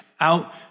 out